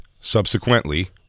subsequently